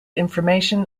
information